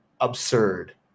absurd